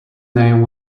name